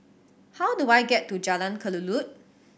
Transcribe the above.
how do I get to Jalan Kelulut